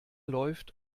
läuft